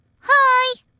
Hi